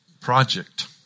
project